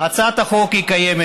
הצעת החוק קיימת.